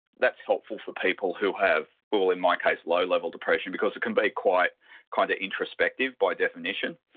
that's helpful for people who have, well in my case low-level depression, because it can be quite quite introspective by definition.